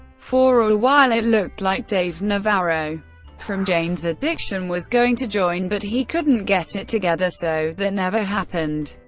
for a while it looked like dave navarro from jane's addiction was going to join, but he couldn't get it together, so that never happened.